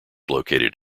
located